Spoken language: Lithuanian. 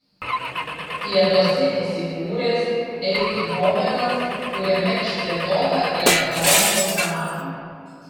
pietuose įsikūręs eindhovenas kuriame išplėtota elektronikos pramonė